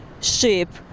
ship